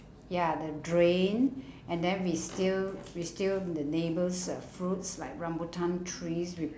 ya the drain and then we steal we steal the neighbour's uh fruits like rambutan trees we